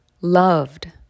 loved